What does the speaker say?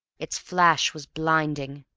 its flash was blinding.